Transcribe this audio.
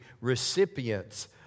recipients